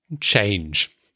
change